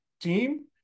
team